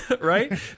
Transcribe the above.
right